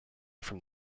from